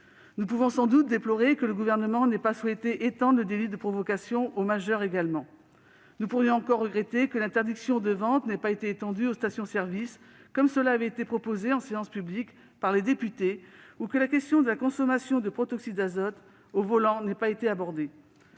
Nous pouvons aussi déplorer que le Gouvernement n'ait pas souhaité étendre le délit de provocation aux majeurs. Nous pourrions enfin désapprouver le fait que l'interdiction de vente n'ait pas été étendue aux stations-services, comme cela avait été proposé en séance publique par les députés, ou que la question de la consommation de protoxyde d'azote au volant n'ait pas été abordée.